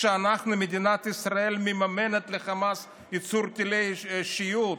שאנחנו, מדינת ישראל מממנת לחמאס ייצור טילי שיוט?